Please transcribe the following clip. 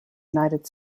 united